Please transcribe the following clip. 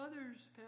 others